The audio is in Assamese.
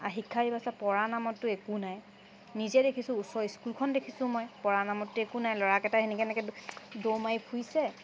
আৰু শিক্ষা ব্যৱস্থাত পৰা নামততো একো নাই নিজে দেখিছো ওচৰৰ স্কুলখন দেখিছো মই পৰা নামত একো নাই ল'ৰাকেইটাই এনেকৈ এনেকৈ দৌৰ মাৰি ফুৰিছে